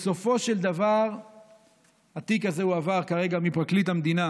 בסופו של דבר התיק הזה הועבר כרגע מפרקליט המדינה,